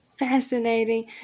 Fascinating